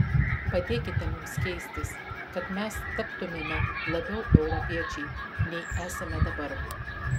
padėkite mums keistis kad mes taptumėme labiau europiečiai nei esame dabar